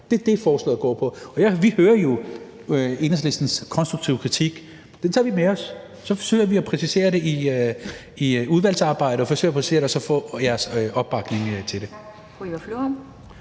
Det er det, forslaget går på. Vi hører jo Enhedslistens konstruktive kritik, og den tager vi med os, og så forsøger vi at præcisere det i udvalgsarbejdet og forsøger så at få jeres opbakning til det.